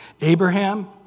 Abraham